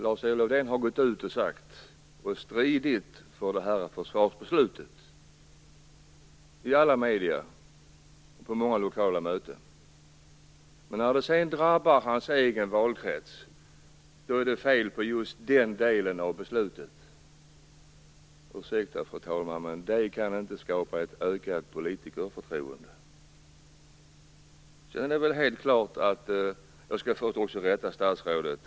Lars-Erik Lövdén har gått ut och stridit för försvarsbeslutet i alla medier och på många lokala möten. Men när det sedan drabbar hans egen valkrets är det fel på just den delen av beslutet. Ursäkta, fru talman, men det kan inte skapa ett ökat politikerförtroende. Jag skall också rätta statsrådet.